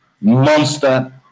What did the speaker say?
Monster